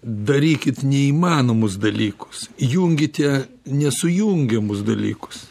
darykit neįmanomus dalykus junkite nesujungiamus dalykus